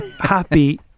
happy